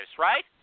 right